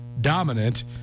dominant